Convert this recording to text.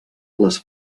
les